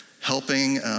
helping